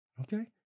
Okay